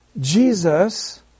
Jesus